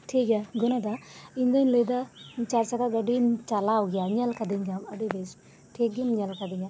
ᱴᱷᱤᱠᱜᱮᱭᱟ ᱜᱩᱱᱟ ᱫᱟ ᱤᱧᱫᱚᱧ ᱞᱟᱹᱭᱮᱫᱟ ᱪᱟᱨᱪᱟᱠᱟ ᱜᱟᱹᱰᱤᱧ ᱪᱟᱞᱟᱣ ᱜᱮᱭᱟ ᱧᱮᱞ ᱟᱠᱟᱫᱤᱧ ᱜᱮᱭᱟᱢ ᱟᱹᱰᱤ ᱵᱮᱥ ᱴᱷᱤᱠᱜᱤᱢ ᱧᱮᱞ ᱟᱠᱟᱫᱤᱧᱟ